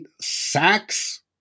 sacks